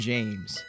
James